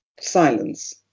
silence